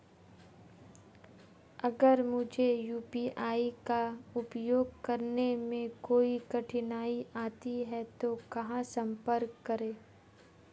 अगर मुझे यू.पी.आई का उपयोग करने में कोई कठिनाई आती है तो कहां संपर्क करें?